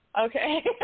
Okay